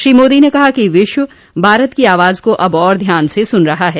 श्री मोदी ने कहा कि विश्व भारत की आवाज को अब और ध्यान से सुन रहा है